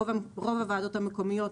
רוב הוועדות המקומיות,